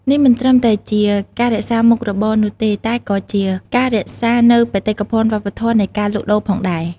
នេះមិនត្រឹមតែជាការរក្សាមុខរបរនោះទេ តែក៏ជាការរក្សានូវបេតិកភណ្ឌវប្បធម៌នៃការលក់ដូរផងដែរ។